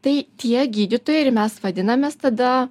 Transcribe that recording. tai tie gydytojai ir mes vadinamės tada